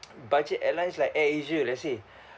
budget airlines like Air Asia let's say